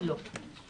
לא.